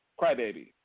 Crybaby